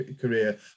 career